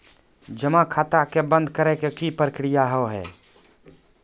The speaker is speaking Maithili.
जमा खाता के बंद करे के की प्रक्रिया हाव हाय?